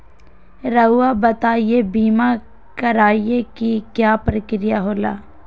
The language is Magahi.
रहुआ बताइं बीमा कराए के क्या प्रक्रिया होला?